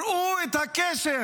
ראו את הקשר.